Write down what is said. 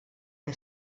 que